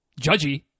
judgy